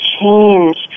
change